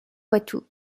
poitou